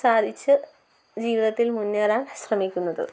സാധിച്ച് ജീവിതത്തിൽ മുന്നേറാൻ ശ്രമിക്കുന്നത്